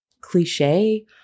cliche